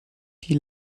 die